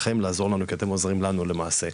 כי אתם עוזרים לנו למעשה,